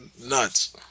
nuts